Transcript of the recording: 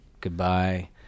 goodbye